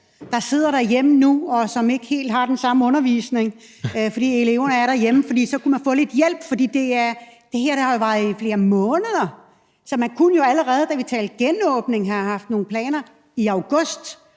der sidder derhjemme nu, og som ikke helt har den samme undervisning, fordi eleverne er derhjemme, for så kunne man få lidt hjælp. Det her har varet i flere måneder, og man kunne jo allerede, da vi talte genåbning, have haft nogle planer i august,